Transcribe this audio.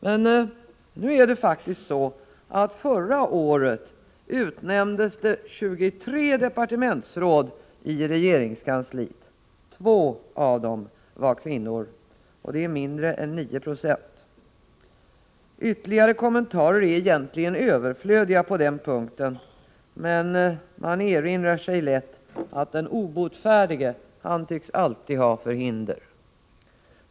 Men nu är det så, att det förra året utnämndes 23 departementsråd i regeringskansliet, två av dem var kvinnor. Det är mindre än 9 90. Ytterligare kommentarer på den punkten är egentligen överflödiga, men man erinrar sig lätt att den obotfärdige alltid tycks ha förhinder.